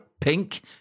pink